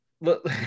look